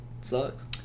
sucks